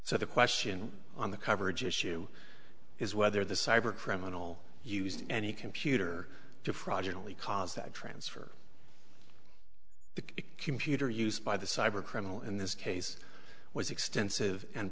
so the question on the coverage issue is whether the cyber criminal used any computer to project only cause that transfer the computer used by the cyber criminal in this case was extensive and